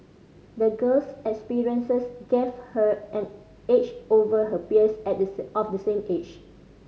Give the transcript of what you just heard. the girl's experiences gave her an edge over her peers at the of the same age